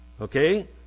Okay